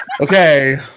Okay